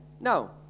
No